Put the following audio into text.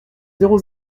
zéro